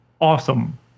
awesome